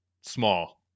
small